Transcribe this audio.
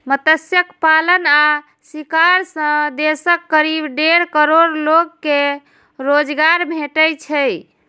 मत्स्य पालन आ शिकार सं देशक करीब डेढ़ करोड़ लोग कें रोजगार भेटै छै